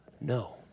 no